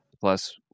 plus